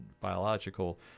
biological